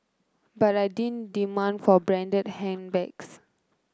but I didn't demand for a branded handbags